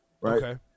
Right